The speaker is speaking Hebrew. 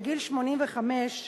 בגיל 85,